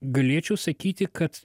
galėčiau sakyti kad